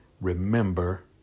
remember